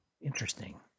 interesting